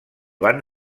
van